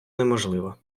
неможливо